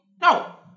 No